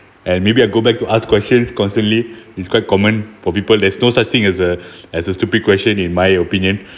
and maybe I go back to ask questions constantly is quite common for people there's no such thing as a as a stupid question in my opinion